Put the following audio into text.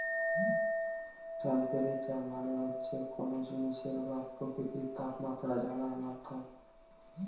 temperature মানে হচ্ছে কোনো জিনিসের বা প্রকৃতির তাপমাত্রা জানার মাধ্যম